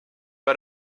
pas